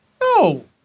No